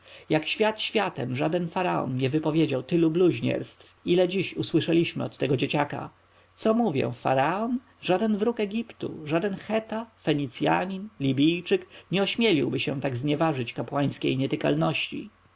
jak świat światem żaden faraon nie wypowiedział tylu bluźnierstw ile dziś usłyszeliśmy od tego dzieciaka co mówię faraon żaden wróg egiptu żaden cheta fenicjanin libijczyk nie ośmieliłby się tak znieważać kapłańskiej nietykalności